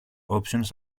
options